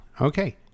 Okay